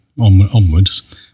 onwards